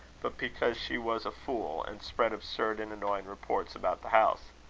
but because she was a fool, and spread absurd and annoying reports about the house.